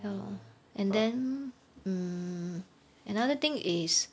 ya and then mm another thing is